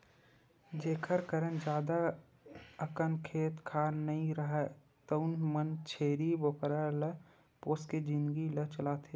जेखर करन जादा अकन खेत खार नइ राहय तउनो मन छेरी बोकरा ल पोसके जिनगी ल चलाथे